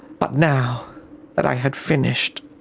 but now that i had finished,